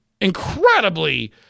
incredibly